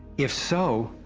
if so,